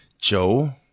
Joe